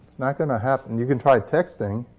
not going to happen. you can try texting,